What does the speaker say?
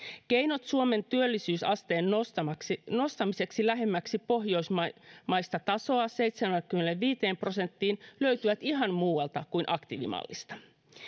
keinot suomen työllisyysasteen nostamiseksi nostamiseksi lähemmäksi pohjoismaista tasoa seitsemäänkymmeneenviiteen prosenttiin löytyvät ihan muualta kuin aktiivimallista